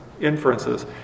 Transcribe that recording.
inferences